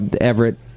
Everett